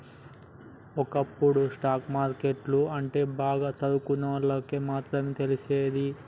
ఒకప్పుడు stock market అంటే బాగా చదువుకున్నోళ్ళకి మాత్రమే తెలిసేది